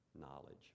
knowledge